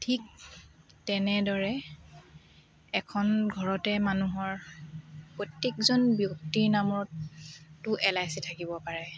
ঠিক তেনেদৰে এখন ঘৰতে মানুহৰ প্ৰত্যেকজন ব্যক্তিৰ নামতো এল আই চি থাকিব পাৰে